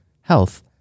health